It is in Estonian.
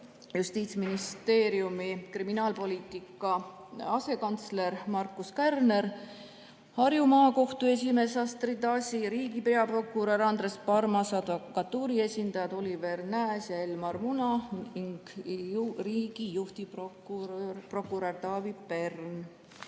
Justiitsministeeriumi kriminaalpoliitika asekantsler Markus Kärner, Harju Maakohtu esimees Astrid Asi, riigi peaprokurör Andres Parmas, advokatuuri esindajad Oliver Nääs ja Elmer Muna ning riigi juhtivprokurör Taavi Pern.